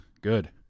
Good